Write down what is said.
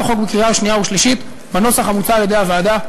החוק בקריאה שנייה ושלישית בנוסח המוצע על-ידי הוועדה.